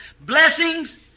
blessings